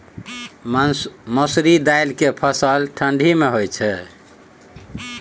मसुरि दाल के फसल ठंडी मे होय छै?